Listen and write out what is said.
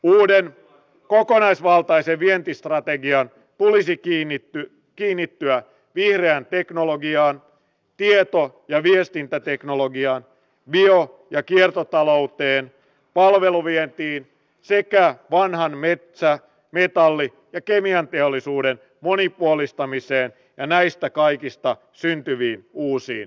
uuden kokonaisvaltaisen vientistrategian tulisi kiinnittyä vihreään teknologiaan tieto ja viestintäteknologiaan bio ja kiertotalouteen palveluvientiin sekä vanhan metsä metalli ja kemianteollisuuden monipuolistamiseen ja näistä kaikista syntyviin uusiin työpaikkoihin